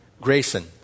Grayson